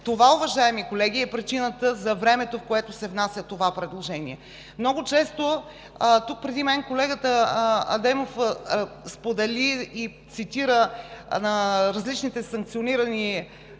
Това, уважаеми колеги, е причината за времето, в което се внася това предложение. Тук преди мен колегата Адемов сподели и цитира различните санкциониращи